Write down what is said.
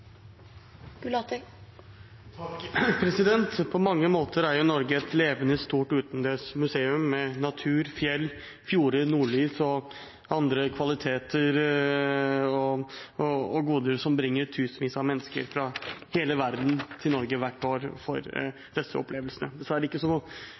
Norge et levende, stort utendørs museum med natur, fjell, fjorder, nordlys og andre kvaliteter og goder som bringer tusenvis av mennesker fra hele verden til Norge hvert år for disse opplevelsene. Dessverre har det ikke vært så